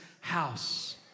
house